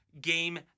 game